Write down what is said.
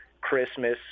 Christmas